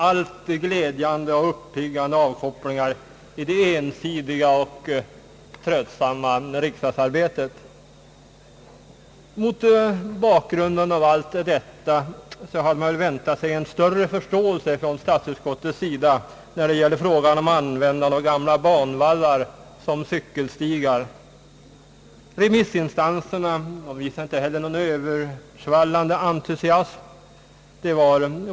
— allt glädjande och uppiggande avkopplingar i det ensidiga och tröttsamma riksdagsarbetet. Mot bakgrunden av detta hade man väntat sig en större förståelse från statsutskottei när det gäller frågan om användandet av gamla banvallar såsom cykelstigar. Inte heller remissinstanserna visade någon översvallande entusiasm.